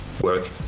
work